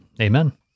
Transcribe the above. Amen